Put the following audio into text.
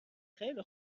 خیلی